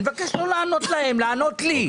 אני מבקש לא לענות להם, לענות לי.